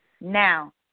Now